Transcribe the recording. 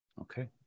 Okay